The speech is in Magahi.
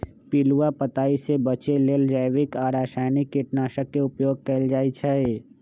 पिलुआ पताइ से बचे लेल जैविक आ रसायनिक कीटनाशक के उपयोग कएल जाइ छै